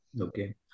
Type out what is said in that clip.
Okay